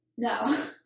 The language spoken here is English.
No